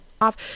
off